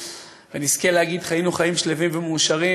ונזכה להגיד: חיינו חיים שלווים ומאושרים,